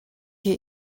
hier